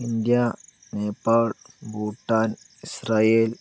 India Nepal Bhutan Israel